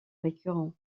récurrent